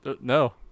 No